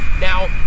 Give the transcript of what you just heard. Now